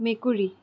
মেকুৰী